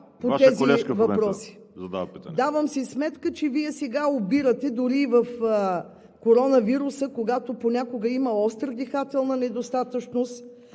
питане. ДОРА ЯНКОВА: Давам си сметка, че Вие сега лобирате, дори и в коронавируса, когато понякога има остра дихателна недостатъчност